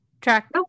Track